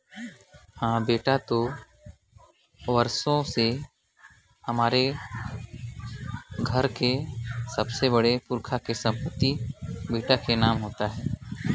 हां हवे तो बेटा, पुरखा मन के असीस ले सब पुरखा के संपति हवे बेटा